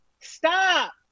Stop